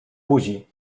buzi